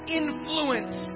influence